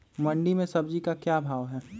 मंडी में सब्जी का क्या भाव हैँ?